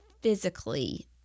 physically